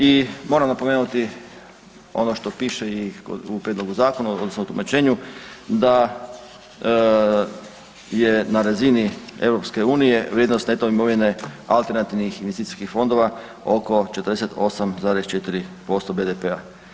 I moram napomenuti ono što piše i u prijedlogu zakona odnosno tumačenju da je na razini EU vrijednost imovine alternativnih investicijskih fondova oko 48,4% BDP-a.